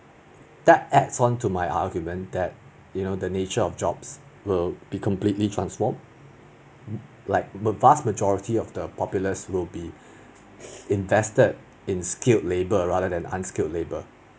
that adds on to my argument that you know the nature of jobs will be completely transformed like vast majority of the populars will be invested in skilled labor rather than unskilled labor